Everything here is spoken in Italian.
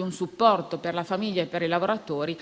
un supporto per la famiglia e per i lavoratori